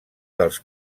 dels